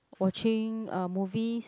watching movies